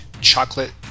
Chocolate